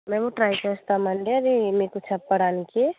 మేము ట్రై చేస్తాము అండి అది మీకు చెప్పడానికి